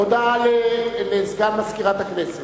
הודעה לסגן מזכירת הכנסת.